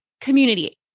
community